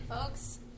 folks